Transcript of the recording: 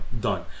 Done